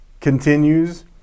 continues